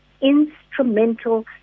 instrumental